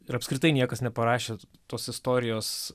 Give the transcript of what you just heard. ir apskritai niekas neparašė tos istorijos